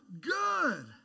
good